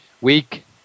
week